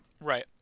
Right